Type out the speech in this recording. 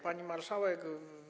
Pani Marszałek!